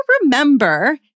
remember